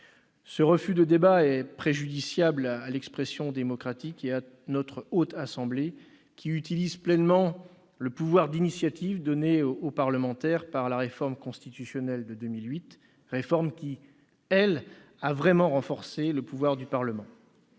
Ce refus de débat est préjudiciable à l'expression démocratique et à la Haute Assemblée, qui utilise pleinement le pouvoir d'initiative donné aux parlementaires par la réforme constitutionnelle de 2008, laquelle a vraiment renforcé le pouvoir du Parlement.